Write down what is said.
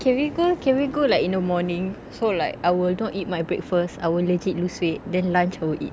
can we go can we go like in the morning so like I will not eat my breakfast I will legit lose weight then lunch I will eat